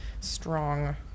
strong